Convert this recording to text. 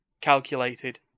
calculated